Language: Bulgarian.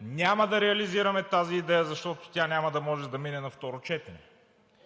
Няма да реализираме тази идея, защото тя няма да може да мине на второ четене.